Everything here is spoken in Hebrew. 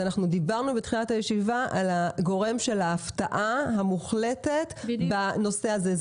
אנחנו דיברנו בתחילת הישיבה על גורם ההפתעה המוחלטת בנושא הזה.